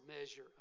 measure